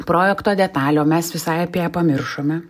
projekto detalę o mes visai apie ją pamiršome